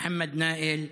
מוחמד נאיל,